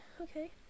okay